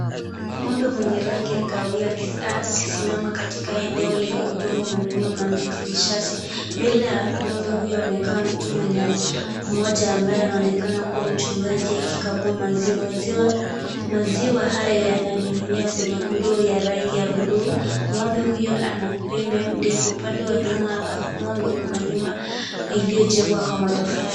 Ng'ombe mwenye rangi ya kahawia akisimama katika eneo lenye udongo mwekundu na miti michache. Mbele ya ng'ombe huyo amekaa mtu mmoja ambaye anaonekana mchungaji akikamua maziwa. Maziwa hayo yananing'inia kwenye ndoo ya rangi ya blue . Ng'ombe huyo ana pembe ndefu. Upande wa nyuma ya ng'ombe kuna nyumba iliyojengwa kwa matofali.